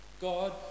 God